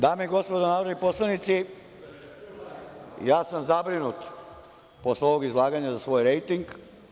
Dame i gospodo narodni poslanici, ja sam zabrinut posle ovog izlaganja za svoj rejting.